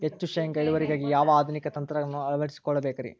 ಹೆಚ್ಚು ಶೇಂಗಾ ಇಳುವರಿಗಾಗಿ ಯಾವ ಆಧುನಿಕ ತಂತ್ರಜ್ಞಾನವನ್ನ ಅಳವಡಿಸಿಕೊಳ್ಳಬೇಕರೇ?